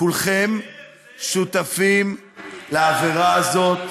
כולכם שותפים לעבירה הזאת.